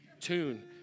tune